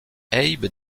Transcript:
abe